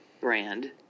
brand